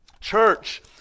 Church